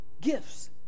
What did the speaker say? Gifts